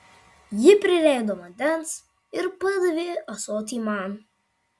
ji prileido vandens ir padavė ąsotį man